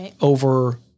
over